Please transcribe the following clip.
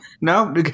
no